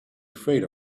afraid